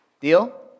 Deal